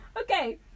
Okay